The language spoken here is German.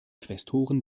quästoren